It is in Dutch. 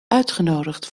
uitgenodigd